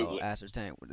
ascertain